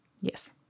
Yes